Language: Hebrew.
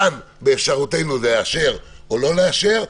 כאן באפשרותנו לאשר או לא לאשר,